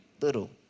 little